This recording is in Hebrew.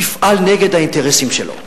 יפעל נגד האינטרסים שלו והאינטרסים,